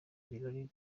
ibirori